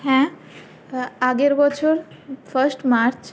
হ্যাঁ আগের বছর ফার্স্ট মার্চ